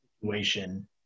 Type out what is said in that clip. situation